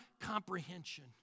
comprehension